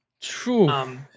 True